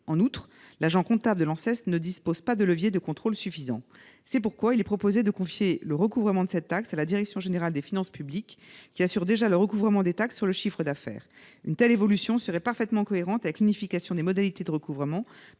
En outre, l'agent comptable de l'Anses ne dispose pas de leviers de contrôle suffisant. C'est pourquoi il est proposé de confier le recouvrement de cette taxe à la DGFiP, qui assure déjà le recouvrement des taxes sur le chiffre d'affaires. Une telle évolution serait parfaitement cohérente avec l'unification des modalités de recouvrement